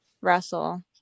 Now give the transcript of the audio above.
russell